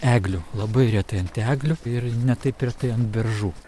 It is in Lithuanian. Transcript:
eglių labai retai ant eglių ir ne taip retai ant beržų